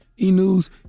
E-news